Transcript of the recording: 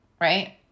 Right